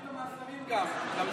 אז נחזיר גם את המאסרים.